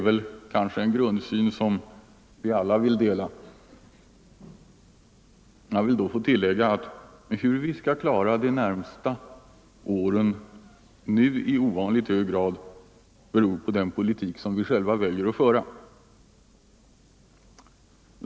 Jag vill då tillägga att hur vi klarar de närmaste åren beror i ovanligt hög grad på den politik vi själva väljer att föra.